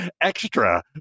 extra